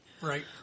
Right